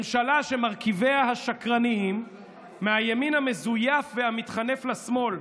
ממשלה שמרכיביה השקרנים מהימין המזויף והמתחנף לשמאל,